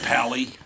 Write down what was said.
Pally